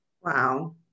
Wow